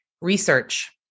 research